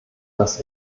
dass